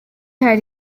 hari